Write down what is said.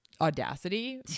audacity